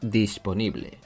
disponible